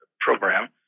program